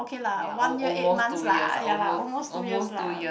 ya al~ almost two years ah almost almost two years lah